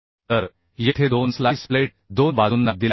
तर येथे 2 slice plate 2 बाजूंना दिल्या आहेत